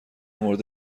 مورد